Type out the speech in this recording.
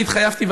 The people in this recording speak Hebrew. אני התחייבתי,